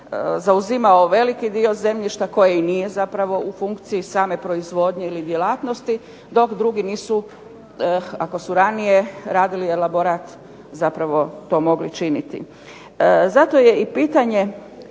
zauzimao veliki dio zemljišta koje i nije zapravo u funkciji same proizvodnje ili djelatnosti, dok drugi nisu, ako su ranije radili elaborat zapravo to mogli činiti. Zato je i pitanje